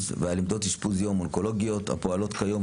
ועל עמדות אשפוז יום אונקולוגיות הפועלות היום,